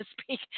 speak